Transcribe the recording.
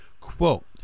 Quote